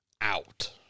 out